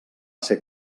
ser